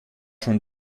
schon